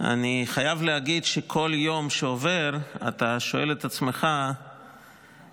אני חייב להגיד שכל יום שעובר אתה שואל את עצמך עד